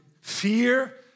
fear